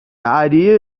idea